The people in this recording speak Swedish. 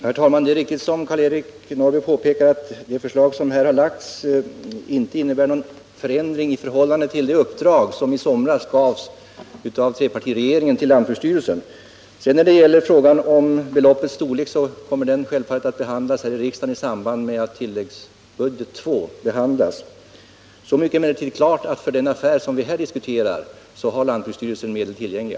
Herr talman! Det är riktigt som Karl-Eric Norrby påpekar att det förslag som här har framlagts inte innebär någon förändring i förhållande till det uppdrag som i somras gavs av trepartiregeringen till lantbruksstyrelsen. Frågan om beloppets storlek kommer självfallet att behandlas här i riksdagen i samband med att tilläggsbudget II behandlas. Så mycket är emellertid klart att för den affär som vi här diskuterar har lantbruksstyrelsen medel tillgängliga.